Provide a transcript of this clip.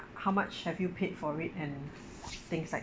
how much have you paid for it and things like